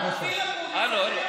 אופיר אקוניס, אופיר אקוניס.